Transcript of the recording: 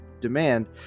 Demand